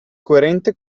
coerente